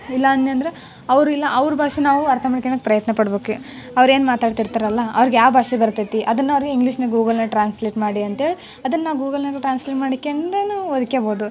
ಇಲ್ಲ ಅನ್ನಿ ಅಂದ್ರ ಅವ್ರ ಇಲ್ಲ ಅವ್ರ ಭಾಷೆ ನಾವು ಅರ್ಥ ಮಾಡ್ಕೊಳ್ಳೋಕ್ ಪ್ರಯತ್ನ ಪಡಬೇಕೆ ಅವ್ರು ಏನು ಮಾತಾಡ್ತಿರ್ತಾರಲ್ಲ ಅವ್ರ್ಗೆ ಯಾವ ಭಾಷೆ ಬರ್ತೈತಿ ಅದನ್ನ ಅವ್ರಿಗೆ ಇಂಗ್ಲಿಷಿನ್ಯಾಗ ಗೂಗಲ್ನ ಟ್ರಾನ್ಸ್ಲೇಟ್ ಮಾಡಿ ಅಂಥೇಳಿ ಅದನ್ನು ಗೂಗಲ್ನ್ಯಾಗ ಟ್ರಾನ್ಸ್ಲೇಟ್ ಮಾಡಿಕೊಂಡೂನೂ ಓದ್ಕೋಳ್ಬೋದು